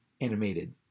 animated